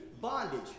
bondage